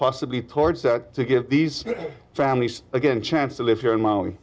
possibly towards to get these families again chance to live here in maui